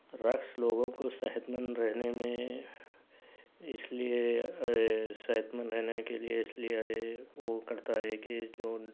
رقص لوگوں کو صحت مند رہنے میں اِس لئے اے صحت مند رہنے کے لیے اِس لئے وہ کرتا ہے کہ جو